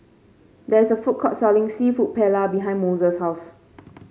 there is a food court selling seafood Paella behind Mose's house